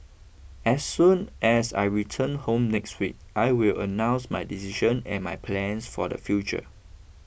as soon as I return home next week I will announce my decision and my plans for the future